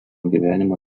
gyvenimą